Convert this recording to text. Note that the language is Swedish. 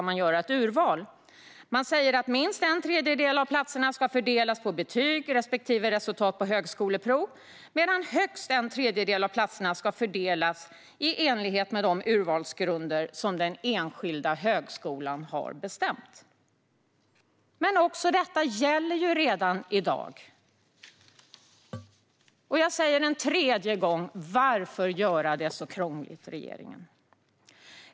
Man säger att minst en tredjedel av platserna ska fördelas efter betyg respektive resultat på högskoleprovet medan högst en tredjedel av platserna ska fördelas i enlighet med de urvalsgrunder som den enskilda högskolan har bestämt. Men också detta gäller redan i dag. Jag säger en tredje gång: Varför göra det så krångligt, regeringen?